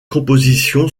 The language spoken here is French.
compositions